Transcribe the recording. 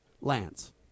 Lance